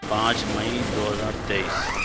پانچ مئی دو ہزار تیئس